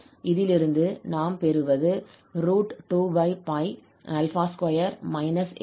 இதிலிருந்து நாம் பெறுவது 2 2 a2a22 ஆகும்